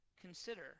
consider